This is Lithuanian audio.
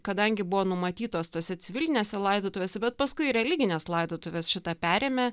kadangi buvo numatytos tose civilinėse laidotuvėse bet paskui ir religinės laidotuves šitą perėmė